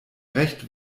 recht